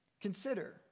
Consider